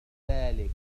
ذلك